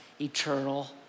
eternal